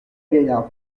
gaillarde